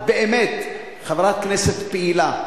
חברת הכנסת קירשנבאום, את באמת חברת כנסת פעילה,